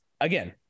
again